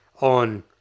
on